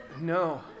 no